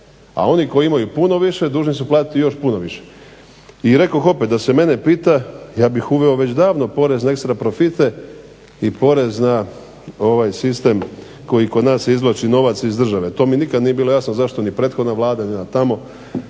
A oni koji imaju puno više dužni su platiti i još puno više. I rekoh opet da se mene pita ja bih uveo već davno porez na ekstra profite i porez na ovaj sistem koji kod nas izvlači novac iz države. To mi nikad nije bilo jasno zašto ni prethodna Vlada ni ona tamo